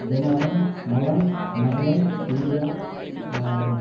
Dinakaran Nalan Nakulan Priya